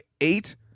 eight